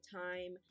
time